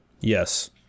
Yes